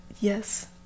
yes